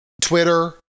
Twitter